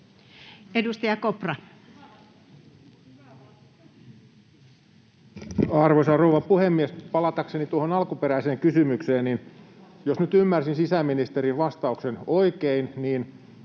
Edustaja Kopra. Arvoisa rouva puhemies! Palatakseni tuohon alkuperäiseen kysymykseen: jos nyt ymmärsin sisäministerin vastauksen oikein, niin